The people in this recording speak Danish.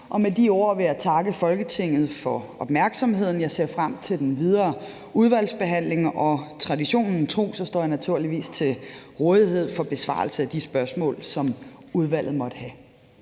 Med de ord vil jeg takke Folketinget for opmærksomheden. Jeg ser frem til den videre udvalgsbehandling, og traditionen tro står jeg naturligvis til rådighed for besvarelse af de spørgsmål, som udvalget måtte have.